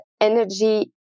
energy